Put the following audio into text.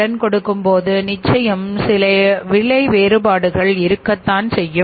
கடன் கொடுக்கும்போது நிச்சயம் சில விலை வேறுபாடுகள் இருக்கத்தான் செய்யும்